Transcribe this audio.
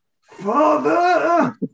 Father